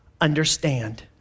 understand